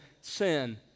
sin